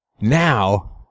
now